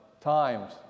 times